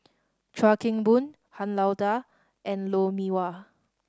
Chuan Keng Boon Han Lao Da and Lou Mee Wah